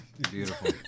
Beautiful